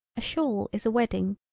a shawl is a wedding,